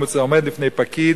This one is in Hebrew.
אם הוא עומד לפני פקיד,